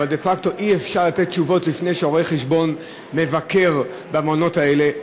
דה-פקטו אי-אפשר לתת תשובות לפני שרואה-החשבון מבקר במעונות האלה.